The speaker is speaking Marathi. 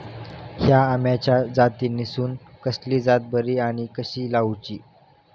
हया आम्याच्या जातीनिसून कसली जात बरी आनी कशी लाऊची?